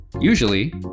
usually